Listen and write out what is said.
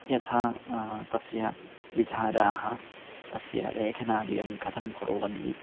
यथा तस्य विचाराः तस्य लेखनादिकं कथं कुर्वन्ति